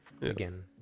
again